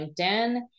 LinkedIn